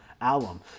alum